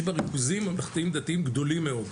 בהן ריכוזים ממלכתיים-דתיים גדולים מאד,